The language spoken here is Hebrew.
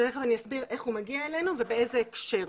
שתיכף אני אסביר איך הוא מגיע אלינו ובאיזה הקשר,